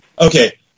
Okay